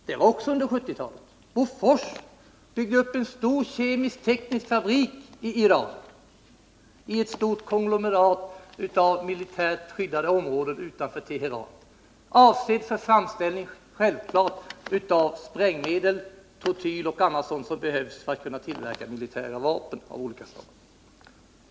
Det var också under 1970-talet. Bofors byggde upp en stor kemisk-teknisk fabrik i Iran, i ett stort konglomerat av militärt skyddade områden utanför Teheran, självklart avsett för framställning av sprängmedel, trotyl och annat som behövs för att tillverka militära vapen av olika slag.